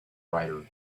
writer